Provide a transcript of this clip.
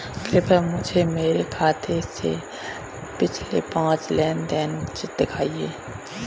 कृपया मुझे मेरे खाते से पिछले पाँच लेन देन दिखाएं